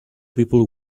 people